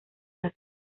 las